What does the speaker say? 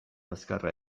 azkarra